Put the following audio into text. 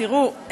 תראו,